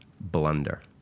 blunder